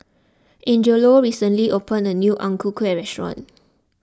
Angelo recently opened a new Ang Ku Kueh restaurant